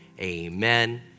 amen